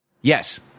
Yes